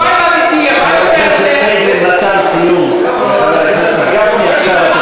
כל מה שאתה אמרת עכשיו, אתה צודק לגמרי.